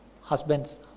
husbands